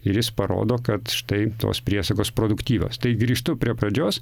ir jis parodo kad štai tos priesagos produktyvios tai grįžtu prie pradžios